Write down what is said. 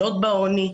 להיות בעוני,